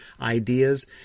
ideas